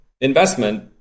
investment